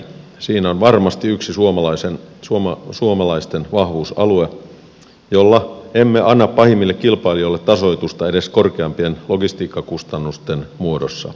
siinä on varmasti yksi suomalaisten vahvuusalue jolla emme anna pahimmille kilpailijoille tasoitusta edes korkeampien logistiikkakustannusten muodossa